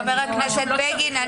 חבר הכנסת בגין,